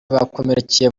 bakomerekeye